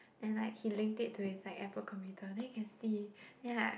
and like he linked it to his Apple computer then can see